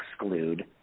exclude